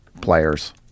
players